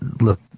look